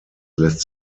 lässt